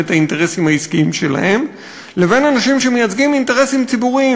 את האינטרסים העסקיים שלהם לבין אנשים שמייצגים אינטרסים ציבוריים,